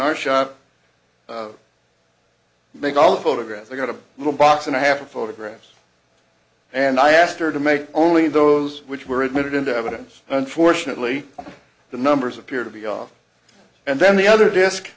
our shop make all photographs i got a little box and i have photographs and i asked her to make only those which were admitted into evidence unfortunately the numbers appear to be off and then the other disk